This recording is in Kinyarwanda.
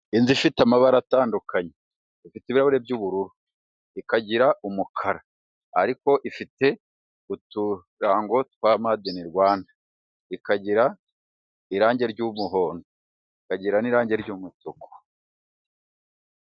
Inzu ifite amabara atandukanye ifite ibirahuri by'ubururu ikagira umukara ariko ifite uturango twa made ini Rwanda, ikagira n'irangi ry'umuhondo, ikagira n'irangi ry'umutuku.